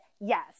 Yes